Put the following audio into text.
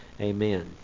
Amen